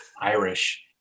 Irish